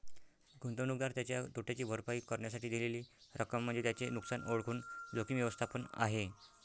गुंतवणूकदार त्याच्या तोट्याची भरपाई करण्यासाठी दिलेली रक्कम म्हणजे त्याचे नुकसान ओळखून जोखीम व्यवस्थापन आहे